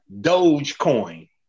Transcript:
Dogecoin